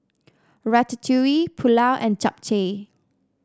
Ratatouille Pulao and Japchae